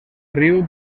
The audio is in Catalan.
riu